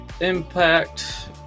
impact